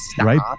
right